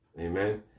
Amen